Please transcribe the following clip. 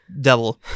devil